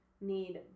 need